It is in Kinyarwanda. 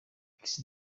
kiss